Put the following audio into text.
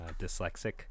dyslexic